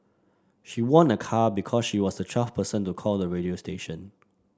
she won a car because she was the twelfth person to call the radio station